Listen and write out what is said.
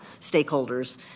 stakeholders